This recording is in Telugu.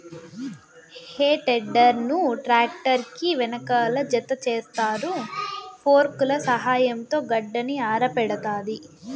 హే టెడ్డర్ ను ట్రాక్టర్ కి వెనకాల జతచేస్తారు, ఫోర్క్ల సహాయంతో గడ్డిని ఆరబెడతాది